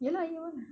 ya lah year one